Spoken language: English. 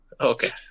Okay